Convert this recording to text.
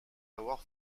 avoir